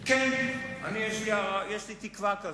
כן, יש לי תקווה כזאת,